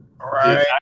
right